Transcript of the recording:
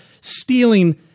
Stealing